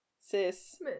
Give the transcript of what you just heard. sis